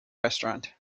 restaurant